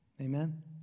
Amen